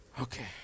Okay